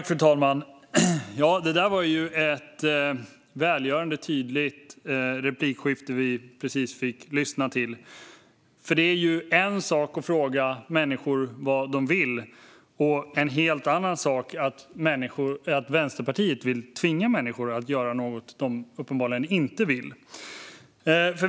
Fru talman! Ja, det var ju ett välgörande tydligt replikskifte vi just fick lyssna till. Det är nämligen en sak att fråga människor vad de vill och en helt annan sak att som Vänsterpartiet vilja tvinga människor att göra något de uppenbarligen inte vill.